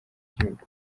gihugu